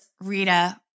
Rita